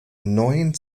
neuen